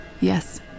Yes